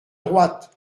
droite